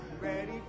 Ready